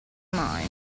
mai